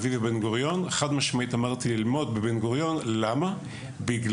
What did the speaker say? אני ממליץ באופן חד-משמעי ללמוד באוניברסיטת בן גוריון בגלל הגישה